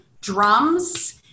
drums